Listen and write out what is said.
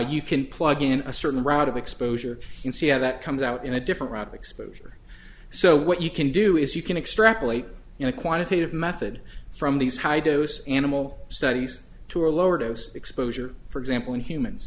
you can plug in a certain route of exposure and see how that comes out in a different route of exposure so what you can do is you can extrapolate in a quantitative method from these high dose animal studies to a lower dose exposure for example in humans